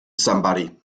somebody